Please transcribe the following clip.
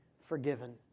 forgiven